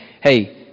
Hey